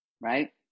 right